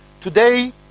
today